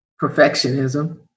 Perfectionism